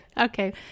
Okay